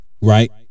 right